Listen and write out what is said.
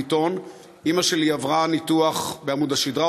ביטון: אימא שלי עברה ניתוח בעמוד השדרה,